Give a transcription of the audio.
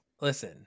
Listen